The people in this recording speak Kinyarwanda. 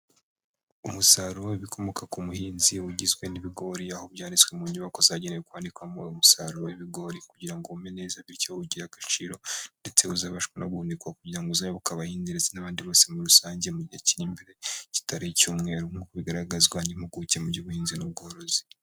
Umusaruro w'ibikomoka ku buhinzi ugizwe n'ibigori, aho byanitswe mu nyubako zagenewe kwanikwamo umusaruro w'ibigori kugira wume neza. Bityo ugira agaciro ndetse uzabashwe no guhunikwa kugira ngo uzagoboke abahinzi ndetse n'abandi bose muri rusange mu gihe kiri imbere. Kitari icyumwero nk'uko bigaragazwa n'impuguke mu by'ubuhinzi n'ubworozi.